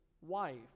wife